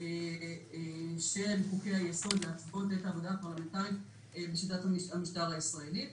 של חוקי-היסוד ואף פוגע בעבודה הפרלמנטרית ובשיטת המשטר הישראלי.